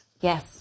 yes